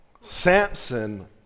Samson